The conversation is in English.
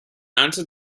answer